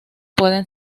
pueden